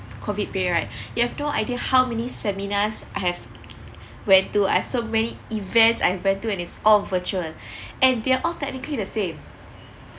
COVID day right you have no idea how many seminars I have went to I've so many events I've been to and it's all virtual and they are all technically the same